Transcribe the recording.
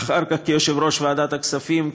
אחר כך כיושב-ראש ועדת הכספים,